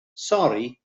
sori